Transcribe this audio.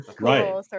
right